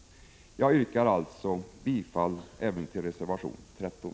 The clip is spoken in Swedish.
Jag yrkar alltså bifall även till reservation 13.